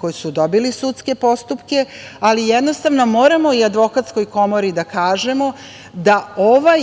koji su dobili sudske postupke, ali jednostavno moramo i advokatskoj komori da kažemo da ovaj